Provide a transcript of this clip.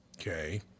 Okay